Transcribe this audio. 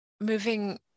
moving